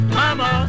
mama